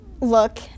look